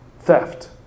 Theft